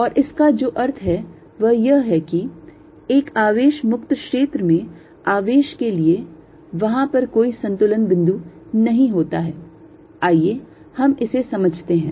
और इसका जो अर्थ है वह यह है कि एक आवेश मुक्त क्षेत्र में आवेश के लिए वहां पर कोई संतुलन बिंदु नहीं होता है आइए हम इसे समझते हैं